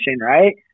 right